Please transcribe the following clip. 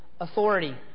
authority